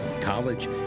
college